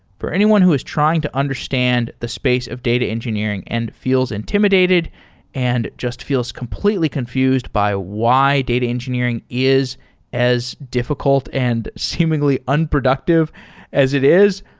for anyone who is trying to understand the space of data engineering and feels intimidated and just feels completely confused by why data engineering is as difficult and seemingly unproductive as it is,